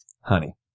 honey